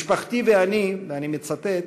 "משפחתי ואני" ואני מצטט,